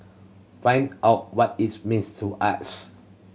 find out what it means to us